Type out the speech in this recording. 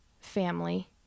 family